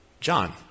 John